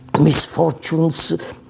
misfortunes